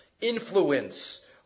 influence